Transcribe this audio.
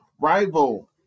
Rival